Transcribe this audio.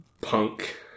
punk